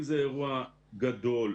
אם זה אירוע גדול,